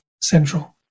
central